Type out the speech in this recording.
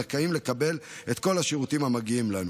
זכאים לקבל את השירותים המגיעים להם,